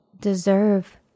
deserve